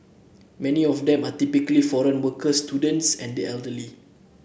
many of them are typically foreign workers students and the elderly